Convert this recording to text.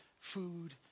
food